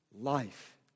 life